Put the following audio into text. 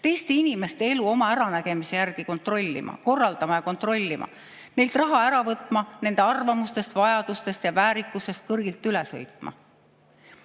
teiste inimeste elu oma äranägemise järgi korraldama ja kontrollima, neilt raha ära võtma, nende arvamustest, vajadustest ja väärikusest kõrgilt üle sõitma.